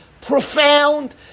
profound